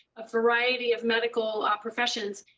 a variety of medical ah professions,